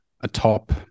atop